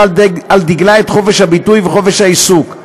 על דגלה את חופש הביטוי וחופש העיסוק.